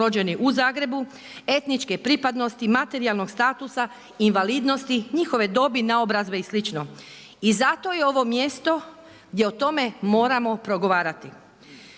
rođeni u Zagrebu, etničke pripadnosti, materijalnog statusa, invalidnosti, njihove dobi, naobrazbe i slično. I zato je ovo mjesto gdje o tome moramo progovarati.